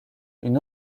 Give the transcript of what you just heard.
une